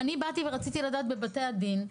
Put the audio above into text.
רציתי לדעת מה קורה בבתי הדין,